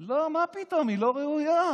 לא, מה פתאום, היא לא ראויה.